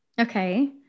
Okay